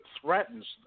threatens